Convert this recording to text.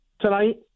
tonight